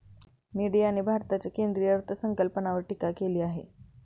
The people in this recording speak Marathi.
मीडियाने भारताच्या केंद्रीय अर्थसंकल्पावर टीका केली आहे